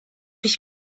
ich